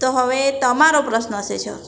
તો હવે તમારો પ્રશ્ન છે સર